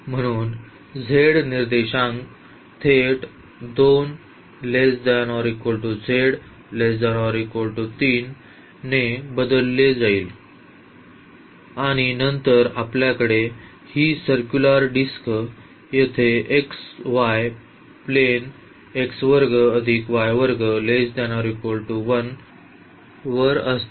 म्हणून z निर्देशांक थेट ने दिले जातात आणि नंतर आपल्याकडे ही सर्क्युलर डिस्क येथे xy प्लेन वर असते